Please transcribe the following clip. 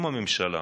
אם הממשלה